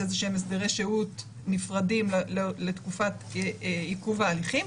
איזשהם הסדרי שהות נפרדים לתקופת עיכוב ההליכים,